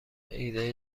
ایده